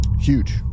Huge